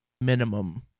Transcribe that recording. minimum